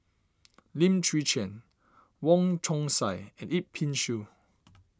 Lim Chwee Chian Wong Chong Sai and Yip Pin Xiu